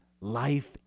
life